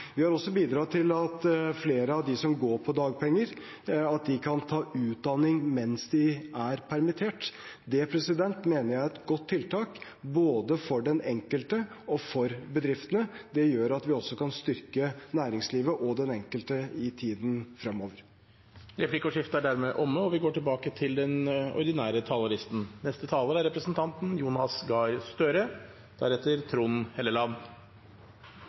Vi har også bidratt til at flere av dem som går på dagpenger, kan ta utdanning mens de er permittert. Det mener jeg er et godt tiltak både for den enkelte og for bedriftene. Det gjør at vi også kan styrke næringslivet og den enkelte i tiden fremover. Replikkordskiftet er omme. Koronakrisen har forsterket mange av de største utfordringene i samfunnet vårt. Vi